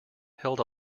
held